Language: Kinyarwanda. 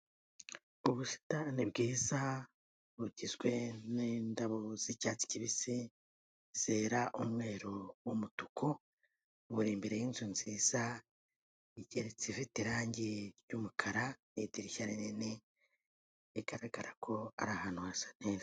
Ubusitani bwiza bugizwe n'indabo z'icyatsi kibisi, zera umweru n'umutuku buri imbere y'inzu nziza igeretse ifite irange ry'umukara n'idirishya rinini, bigaragara ko ari ahantu hasa neza.